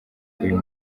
uyu